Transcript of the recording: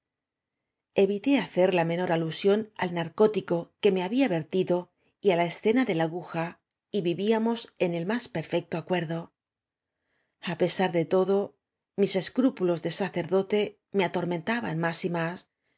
hacer la menor alusión al narcótico que me había vertido y á la esceaa de la aguja y vivíamos en el más perfecto acuerdo a pesar de todo mis escrúpulos de sacerdote me atormentaban más y m